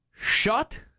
Shut